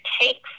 takes